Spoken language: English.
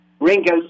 Ringo